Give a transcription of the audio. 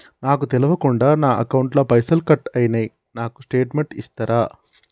నాకు తెల్వకుండా నా అకౌంట్ ల పైసల్ కట్ అయినై నాకు స్టేటుమెంట్ ఇస్తరా?